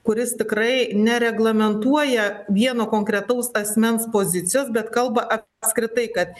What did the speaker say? kuris tikrai nereglamentuoja vieno konkretaus asmens pozicijos bet kalba apskritai kad